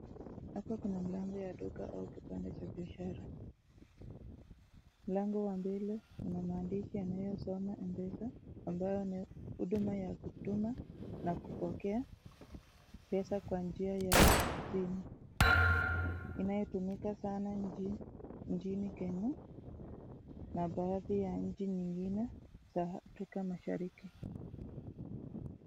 Hapa kuna mlango ya duka au kibanda cha biashara. Mlango wa mbele una maandishi yanayosoma (cs)M-PESA(cs), ambayo ni huduma ya kutuma na kupokea pesa kwa njia ya simu inayotumika sana nchini Kenya na baadhi ya nchi nyingine za Afrika Mashariki.